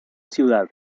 ciudad